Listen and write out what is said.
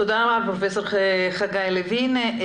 תודה פרופסור חגי לוין.